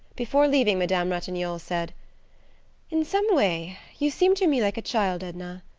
before leaving madame ratignolle said in some way you seem to me like a child, edna.